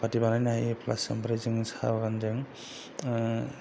सापाटि बानायनो हायो प्लास ओमफ्राय जोङो साहा बागानजों